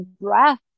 breath